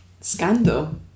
Scandal